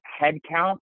headcount